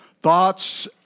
Thoughts